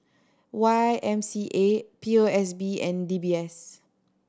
Y M C A P O S B and D B S